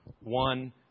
One